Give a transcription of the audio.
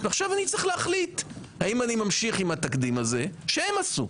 עכשיו אני צריך להחליט האם אני ממשיך עם התקדים הזה שהם עשו?